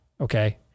okay